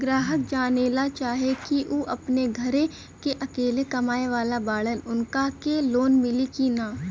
ग्राहक जानेला चाहे ले की ऊ अपने घरे के अकेले कमाये वाला बड़न उनका के लोन मिली कि न?